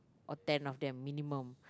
or ten of them minimum